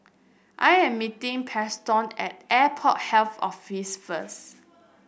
I am meeting Preston at Airport Health Office first